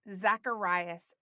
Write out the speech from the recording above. Zacharias